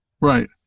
Right